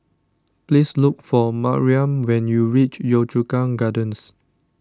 please look for Mariam when you reach Yio Chu Kang Gardens